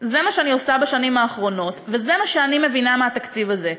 זה מה שאני עושה בשנים האחרונות וזה מה שאני מבינה מהתקציב הזה.